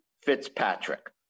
Fitzpatrick